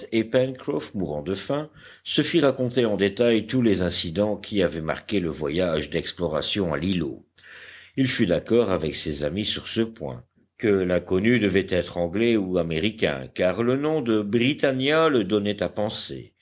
et pencroff mourant de faim se fit raconter en détail tous les incidents qui avaient marqué le voyage d'exploration à l'îlot il fut d'accord avec ses amis sur ce point que l'inconnu devait être anglais ou américain car le nom de britannia le donnait à penser